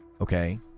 okay